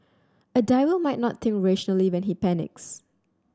a diver might not think rationally when he panics